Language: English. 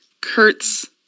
Kurtz